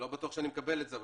לא בטוח שאני מקבל את זה,